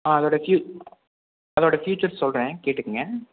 ஆ அதோடய ஃபீ அதோடய ஃபீச்சர்ஸ் சொல்கிறேன் கேட்டுக்கங்க